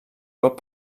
pot